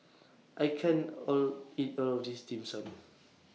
I can't All eat All of This Dim Sum